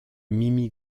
mimi